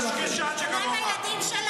מחוצף שכמוך, קשקשן שכמוך, מדי יום אתם מבצעים.